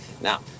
Now